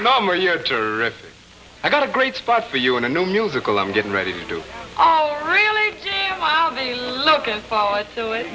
two i got a great spot for you in a new musical i'm getting ready to really looking forward to it